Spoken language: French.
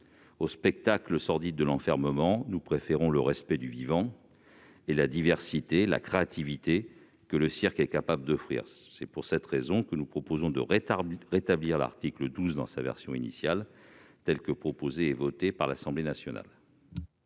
Au spectacle sordide de l'enfermement, nous préférons le respect du vivant, ainsi que la diversité et la créativité que le cirque est capable d'offrir. C'est pourquoi nous proposons de rétablir l'article 12 dans sa version initiale, telle qu'elle a été proposée et votée par l'Assemblée nationale.